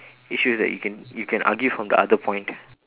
issues that you can you can argue from the other point